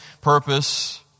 purpose